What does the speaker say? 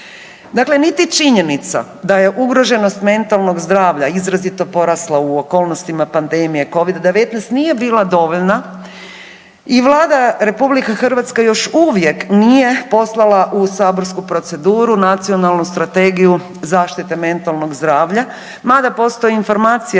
Dakle niti činjenica da je ugroženost mentalnog zdravlja izrazito porasla u okolnostima pandemije Covida-19 nije bila dovoljna i Vlada RH još uvijek nije poslala u saborsku proceduru nacionalnu strategiju zaštite mentalnog zdravlja, mada postoji informacija